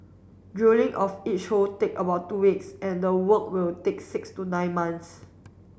drilling of each hole take about two weeks and the work will take six to nine months